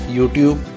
YouTube